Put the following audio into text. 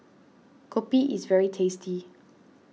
Kopi is very tasty